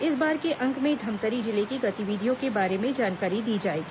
इस बार के अंक में धमतरी जिले की गतिविधियों के बारे में जानकारी दी जाएगी